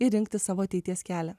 ir rinktis savo ateities kelią